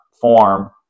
form